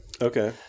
Okay